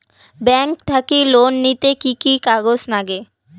Bank থাকি loan নিতে কি কি কাগজ নাগে?